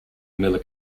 miller